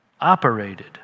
operated